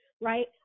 right